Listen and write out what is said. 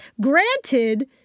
Granted